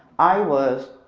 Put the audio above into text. i was